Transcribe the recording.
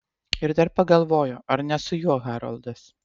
ir dar pagalvojo ar ne su juo haroldas